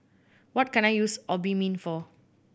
what can I use Obimin for